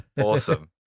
awesome